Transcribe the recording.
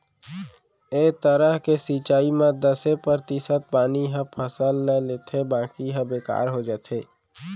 ए तरह के सिंचई म दसे परतिसत पानी ह फसल ल लेथे बाकी ह बेकार हो जाथे